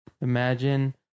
Imagine